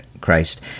Christ